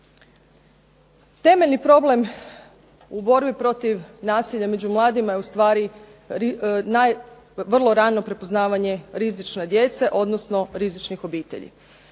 Temeljni problem u borbi protiv nasilja među mladima je ustvari vrlo rano prepoznavanje rizične djece, odnosno rizičnih obitelji.